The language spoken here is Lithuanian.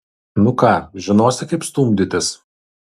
nu ką žinosi kaip stumdytis